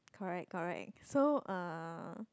correct correct so uh